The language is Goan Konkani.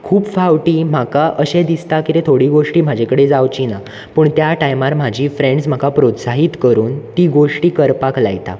खूब फावटी म्हाका अशें दिसता कितें थोडी गोश्टी म्हाज्या कडेन जावचेंना पुण त्या टायमार म्हाजी फ्रेण्ड्ज म्हाका प्रोत्साहीत करून ती गोश्टी करपाक लायतात